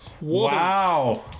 Wow